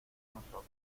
nosotros